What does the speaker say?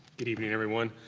good evening everyone.